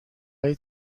های